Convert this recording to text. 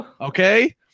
okay